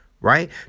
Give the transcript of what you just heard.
right